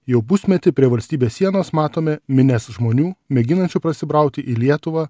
jau pusmetį prie valstybės sienos matome minias žmonių mėginančių prasibrauti į lietuvą